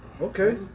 okay